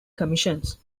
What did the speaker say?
commissions